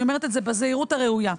אני אומרת את זה בזהירות הראויה,